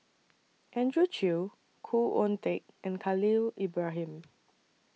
Andrew Chew Khoo Oon Teik and Khalil Ibrahim